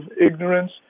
ignorance